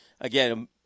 again